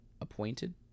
appointed